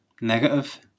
negative